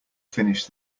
finish